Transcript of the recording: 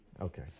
Okay